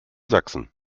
sachsen